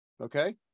Okay